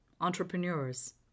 entrepreneurs